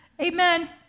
Amen